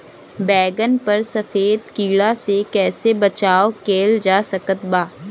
बैगन पर सफेद कीड़ा से कैसे बचाव कैल जा सकत बा?